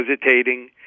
hesitating